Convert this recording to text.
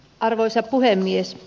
arvoisa puhemies